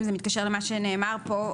זה מתקשר למה שנאמר פה,